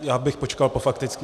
Já bych počkal po faktických.